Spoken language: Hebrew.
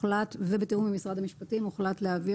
ובתיאום עם משרד המשפטים הוחלט להעביר